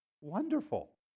wonderful